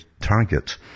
target